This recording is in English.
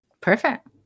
Perfect